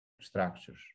structures